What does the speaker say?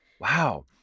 Wow